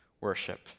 worship